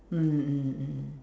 mm mm mm